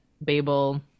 Babel